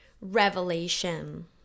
revelation